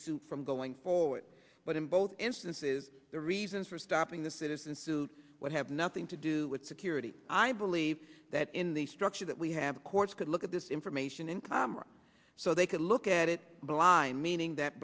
suit from going forward but in both instances the reasons for stopping the citizen suit would have nothing to do with security i believe that in the structure that we have courts could look at this information in commerce so they could look at it blind meaning that